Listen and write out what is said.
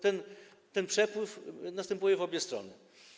Ten przepływ następuje w obie strony.